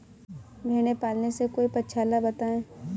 भेड़े पालने से कोई पक्षाला बताएं?